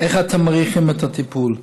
איך אתם מעריכים את הטיפול?